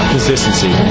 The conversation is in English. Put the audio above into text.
Consistency